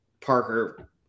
Parker